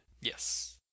Yes